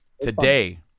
today